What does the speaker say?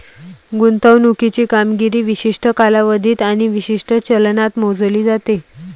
गुंतवणुकीची कामगिरी विशिष्ट कालावधीत आणि विशिष्ट चलनात मोजली जाते